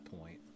point